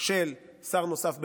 של שר נוסף במשרד.